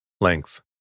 Length